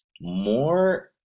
more